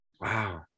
wow